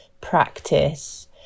practice